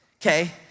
okay